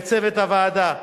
לצוות הוועדה,